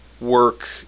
work